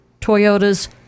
Toyota's